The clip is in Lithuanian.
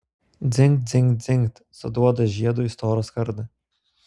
dzingt dzingt dzingt suduoda žiedu į storą skardą